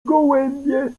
gołębie